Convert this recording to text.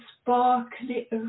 sparkly